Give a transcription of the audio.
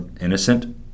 innocent